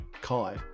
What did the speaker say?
Kai